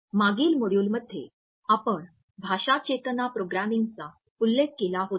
मागील मॉड्यूलमध्ये आपण भाषाचेतना प्रोग्रामिंगचा उल्लेख केला होता